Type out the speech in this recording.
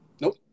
Nope